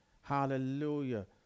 Hallelujah